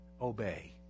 obey